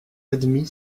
admit